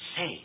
say